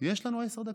יש לנו עשר דקות.